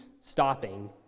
stopping